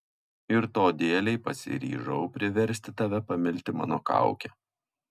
ir to dėlei pasiryžau priversti tave pamilti mano kaukę